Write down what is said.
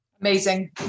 amazing